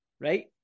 right